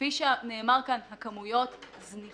כפי שנאמר כאן, הכמויות זניחות.